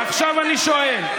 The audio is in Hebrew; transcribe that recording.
ועכשיו אני שואל,